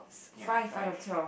ya five